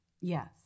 Yes